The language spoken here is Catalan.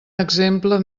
exemple